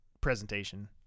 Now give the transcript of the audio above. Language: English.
presentation